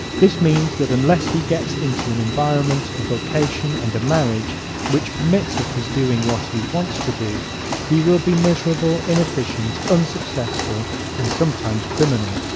this means that unless he gets into an environment, a vocation and a marriage which permits of his doing what he wants to do he will be miserable, inefficient, unsuccessful and sometimes criminal.